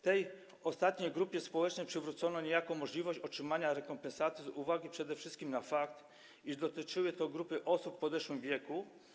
Tej ostatniej grupie społecznej przywrócono niejako możliwość otrzymania rekompensaty, przede wszystkim z uwagi na fakt, iż dotyczyło to grupy osób w podeszłym wieku.